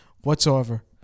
whatsoever